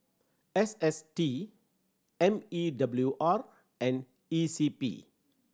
S S T M E W R and E C P